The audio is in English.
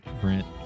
brent